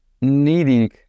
needing